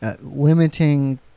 limiting